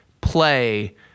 play